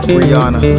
Brianna